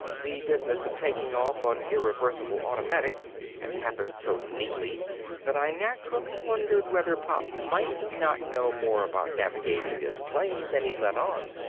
the business of taking off on irreversible automatic had happened so neatly that i naturally wondered whether pop might not know more about navigating this plane than he let on,